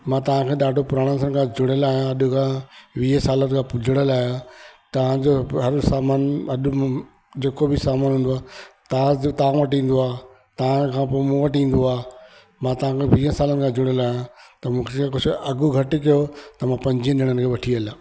मां तांखां ॾाढो पुराणो सन खां जुड़ियलु आहियां अॼु खां वीह सालनि खां जुड़ियलु आहियां तव्हांजो हर सामानु अॼु मूं जेको बि सामानु हूंदो आहे ताज जो तव्हां वटि ईंदो आहे तव्हां खां पोइ मूं वटि ईंदो आहे मं तव्हां खां वीह सालनि खां जुड़ियलु आहियां त मूंखे त कुझु अघु घटि कयो त मां पंजवीह ॼणनि खे वठी हलां